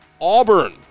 Auburn